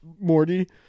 Morty